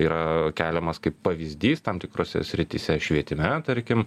yra keliamas kaip pavyzdys tam tikrose srityse švietime tarkim